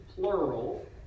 plural